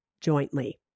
jointly